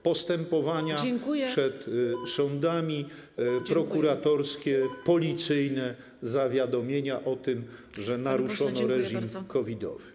Postępowania przed sądami, prokuratorskie, policyjne zawiadomienia o tym, że naruszono reżim COVID-owy.